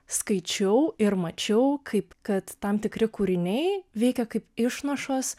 skaičiau ir mačiau kaip kad tam tikri kūriniai veikia kaip išnašos